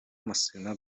массыына